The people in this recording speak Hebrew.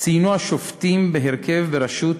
ציינו השופטים, בהרכב בראשות